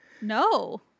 No